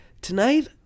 tonight